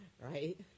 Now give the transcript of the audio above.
right